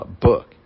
book